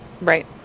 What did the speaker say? Right